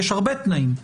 יש הרבה תנאים.